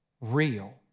real